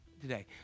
today